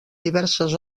diverses